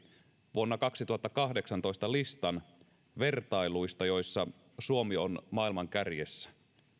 vuonna kaksituhattakahdeksantoista listan vertailuista joissa suomi on maailman kärjessä